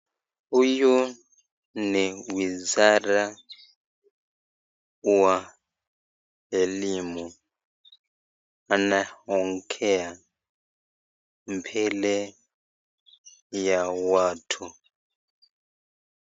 Huyu ni wizara wa elimu, anaongea mbele ya watu.